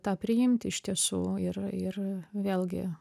tą priimti iš tiesų ir ir vėlgi